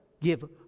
give